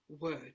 word